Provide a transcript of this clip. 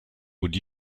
would